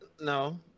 No